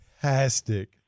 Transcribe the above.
Fantastic